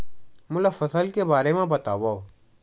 मोला फसल के बारे म बतावव?